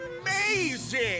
amazing